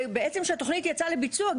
בעצם כשהתוכנית יצא לביצוע,